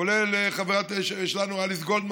כולל חברה שלנו אליס גולדמן,